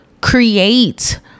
create